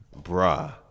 Bruh